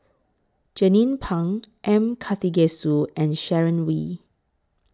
Jernnine Pang M Karthigesu and Sharon Wee